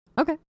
Okay